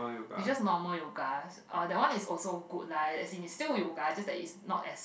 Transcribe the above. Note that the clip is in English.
is just normal yoga uh that one is also good lah as in it's still yoga just that is not as